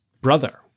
brother